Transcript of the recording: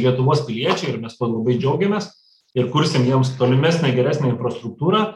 lietuvos piliečiai ir mes labai džiaugiamės ir kursim jiems tolimesnę geresnę infrastruktūrą